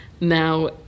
now